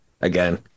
again